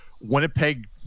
Winnipeg